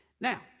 Now